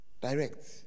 Direct